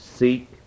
seek